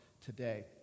today